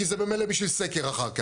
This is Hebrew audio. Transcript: כי זה ממילא בשביל סקר אחר כך.